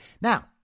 Now